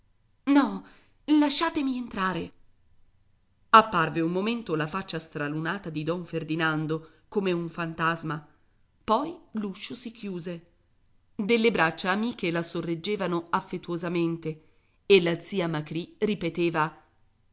no lasciatemi entrare apparve un momento la faccia stralunata di don ferdinando come un fantasma poi l'uscio si chiuse delle braccia amiche la sorreggevano affettuosamente e la zia macrì ripeteva